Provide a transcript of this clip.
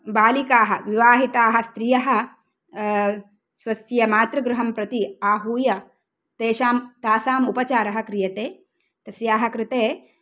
बालिकाः विवाहिताः स्त्रियः स्वस्य मातृगृहं प्रति आहूय तेषां तासाम् उपचारः क्रियते तस्याः कृते